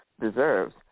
deserves